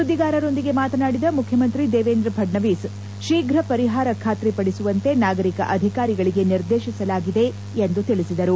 ಸುದ್ದಿಗಾರರೊಂದಿಗೆ ಮಾತನಾಡಿದ ಮುಖ್ಯಮಂತ್ರಿ ದೇವೇಂದ್ರ ಫಡ್ಡವೀಸ್ ಶೀಘ ಪರಿಹಾರ ಖಾತ್ರಿಪಡಿಸುವಂತೆ ನಾಗರಿಕ ಅಧಿಕಾರಿಗಳಿಗೆ ನಿರ್ದೇಶಿಸಲಾಗಿದೆ ಎಂದು ತಿಳಿಸಿದರು